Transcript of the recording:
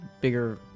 bigger